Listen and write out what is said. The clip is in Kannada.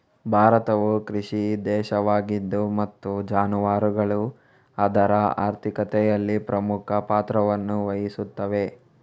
ಭಾರತವು ಕೃಷಿ ದೇಶವಾಗಿದೆ ಮತ್ತು ಜಾನುವಾರುಗಳು ಅದರ ಆರ್ಥಿಕತೆಯಲ್ಲಿ ಪ್ರಮುಖ ಪಾತ್ರವನ್ನು ವಹಿಸುತ್ತವೆ